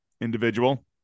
individual